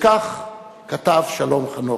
וכך כתב שלום חנוך: